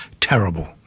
terrible